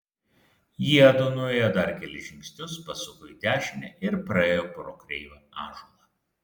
jiedu nuėjo dar kelis žingsnius pasuko į dešinę ir praėjo pro kreivą ąžuolą